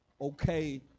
okay